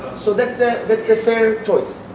so that's a, that's a fair choice.